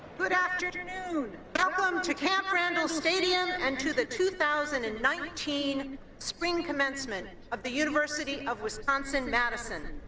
good afternoon. welcome to camp randall stadium and to the two thousand and nineteen spring commencement of the university of wisconsin-madison!